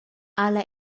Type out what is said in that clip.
alla